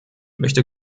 möchte